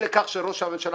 מאחר שראש הממשלה